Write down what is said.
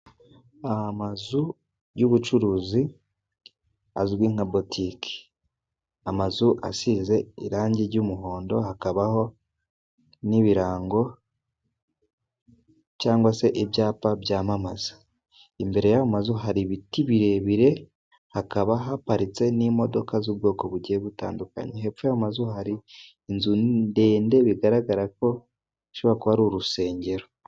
Amazu y'ubucuruzi azwi nka botike, amazu asize irangi ry'umuhondo hakabaho n'ibirango cyangwa se ibyapa byamamaza. Imbere yayo mazu hari ibiti birebire hakaba haparitse n'imodoka z'ubwoko bugiye butandukanye, hepfo yayo mazu hari inzu ndende bigaragara ko ishobora kuba ari urusengero.